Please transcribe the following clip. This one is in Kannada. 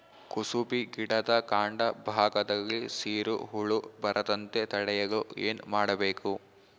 ಕುಸುಬಿ ಗಿಡದ ಕಾಂಡ ಭಾಗದಲ್ಲಿ ಸೀರು ಹುಳು ಬರದಂತೆ ತಡೆಯಲು ಏನ್ ಮಾಡಬೇಕು?